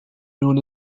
known